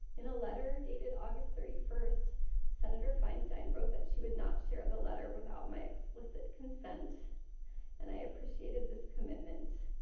in a letter dated august thirty one senator feinstein wrote that she would not share the letter without my explicit consent and i appreciated this commitment.